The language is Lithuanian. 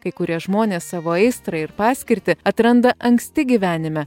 kai kurie žmonės savo aistrą ir paskirtį atranda anksti gyvenime